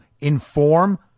inform